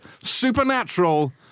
Supernatural